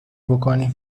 بکنی